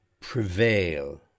Prevail